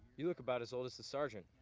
you look about as old as the sergeant.